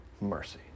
mercy